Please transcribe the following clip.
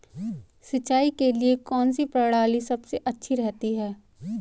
सिंचाई के लिए कौनसी प्रणाली सबसे अच्छी रहती है?